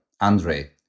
Andre